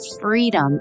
freedom